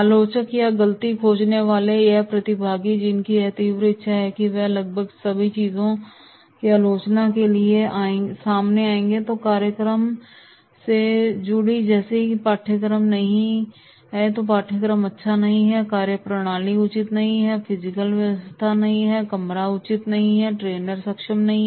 आलोचक या गलती खोजने वाले यह प्रतिभागी जिनकी यह तीव्र इच्छा है कि वह लगभग सभी चीजों की आलोचना करने के लिए आएंगे जो कार्यक्रम से जुड़ी है जैसे कि पाठ्यक्रम नहीं यह पाठ्यक्रम अच्छा नहीं है कार्यप्रणाली उचित नहीं है फिजिकल व्यवस्था कमरा उचित नहीं है ट्रेनर सक्षम नहीं है